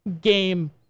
game